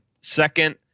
second